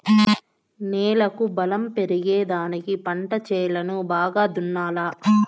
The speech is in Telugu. నేలకు బలం పెరిగేదానికి పంట చేలను బాగా దున్నాలా